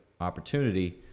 opportunity